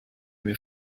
mes